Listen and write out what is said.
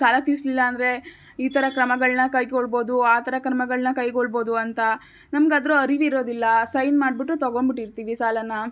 ಸಾಲ ತೀರಿಸ್ಲಿಲ್ಲ ಅಂದರೆ ಈ ಥರ ಕ್ರಮಗಳನ್ನ ಕೈಗೋಳ್ಬೋದು ಆ ಥರ ಕ್ರಮಗಳನ್ನ ಕೈಗೊಳ್ಬೋದು ಅಂತ ನಮ್ಗೆ ಅದ್ರ ಅರಿವು ಇರೋದಿಲ್ಲ ಸೈನ್ ಮಾಡಿಬಿಟ್ಟು ತಗೊಂಬಿಟ್ಟಿರ್ತೀವಿ ಸಾಲನ